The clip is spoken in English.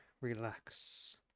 relax